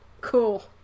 Cool